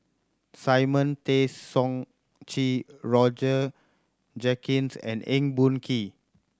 Simon Tay Seong Chee Roger Jenkins and Eng Boh Kee